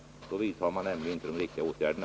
Då vidtar man inte de riktiga åtgärderna.